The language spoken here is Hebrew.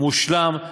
מושלם,